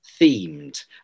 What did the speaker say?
themed